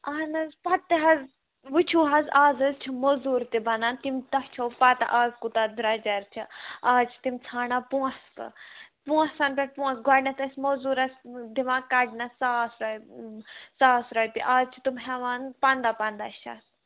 اَہَن حظ پَتہٕ تہِ حظ وٕچھو حظ آز حظ چھِ موزوٗر تہِ بَنان تِم تۄہہِ چھو پَتہ آز کوٗتاہ درٛجَر چھِ آز چھِ تِم ژھانٛڈان پونٛسہٕ پونٛسَن پٮ۪ٹھ پونٛسہٕ گۄڈنٮ۪تھ ٲسۍ موزوٗرَس دِوان کَڑنَس ساس رۄپ ساس رۄپیہِ آز چھِ تٕم ہٮ۪وان پَنٛداہ پَنٛداہ شَتھ